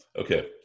Okay